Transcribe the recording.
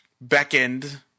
beckoned